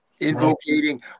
Invocating